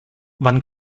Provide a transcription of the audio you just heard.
wann